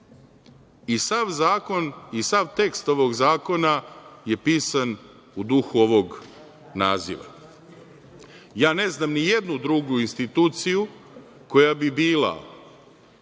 i sav tekst ovog zakona je pisan u duhu ovog naziva. Ja ne znam ni jednu drugu instituciju koja bi bila